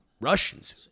Russians